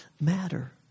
matter